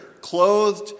clothed